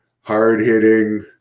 hard-hitting